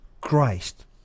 Christ